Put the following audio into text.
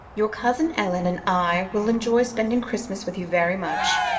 your cousin ellen and i will enjoy spending christmas with you very much,